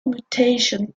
mutation